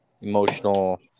emotional